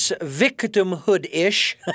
victimhood-ish